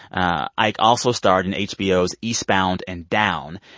ike also starred in hbo's eastbound and down.